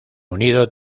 unido